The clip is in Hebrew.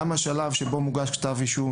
גם השלב שבו מוגש כתב אישום,